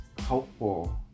hopeful